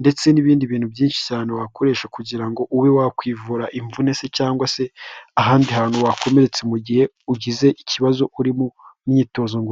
ndetse n'ibindi bintu byinshi cyane wakoresha kugira ngo ube wakwivura imvune se cyangwa se ahandi hantu wakomeretse mu gihe ugize ikibazo uri mu myitozo ngororamubiri.